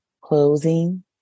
closing